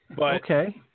Okay